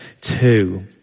two